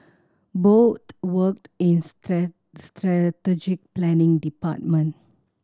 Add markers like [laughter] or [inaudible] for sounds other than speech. both worked in [unintelligible] strategic planning department